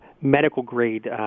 medical-grade